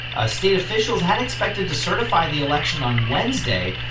ah state officials had expected to certify the election on wednesday.